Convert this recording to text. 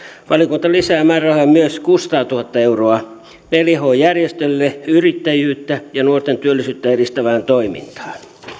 valiokunta lisää määrärahoja myös kuusisataatuhatta euroa neljä h järjestölle yrittäjyyttä ja nuorten työllisyyttä edistävään toimintaan